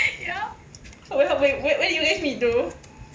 wh~ wh~ where do you guys meet though